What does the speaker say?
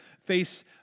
face